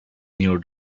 near